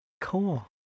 Cool